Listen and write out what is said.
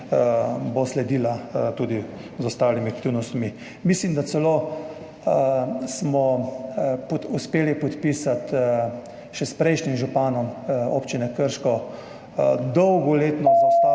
sledilo tudi z ostalimi aktivnostmi. Mislim, da smo celo uspeli podpisati še s prejšnjim županom občine Krško dolgoletno zaostalo